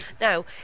now